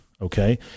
Okay